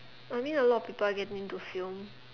I mean a lot of people are getting into film